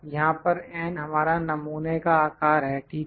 यहां पर n हमारा नमूने का आकार है ठीक है